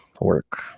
work